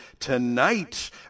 Tonight